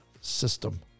System